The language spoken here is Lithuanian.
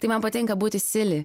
tai man patinka būti sili